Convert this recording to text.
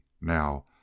Now